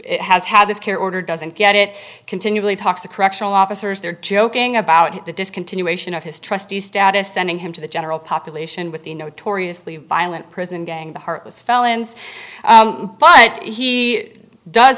has had this care order doesn't get it continually talks to correctional officers they're joking about it the discontinuation of his trustee status sending him to the general population with the notoriously violent prison gang the heartless felons but he does